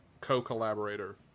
co-collaborator